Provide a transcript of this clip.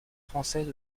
française